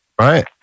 right